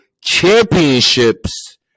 championships